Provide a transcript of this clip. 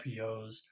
RPOs